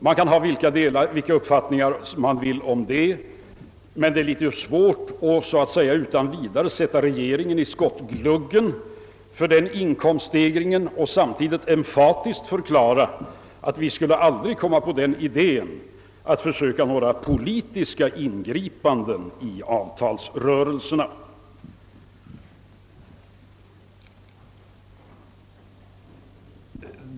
Man kan ha vilken uppfattning man vill om detta, men det är litet svårt att utan vidare sätta regeringen i skottgluggen för denna inkomststegring och samtidigt emfatiskt förklara att vi aldrig skulle komma på idén att försöka några politiska ingripanden i avtalsrörelserna.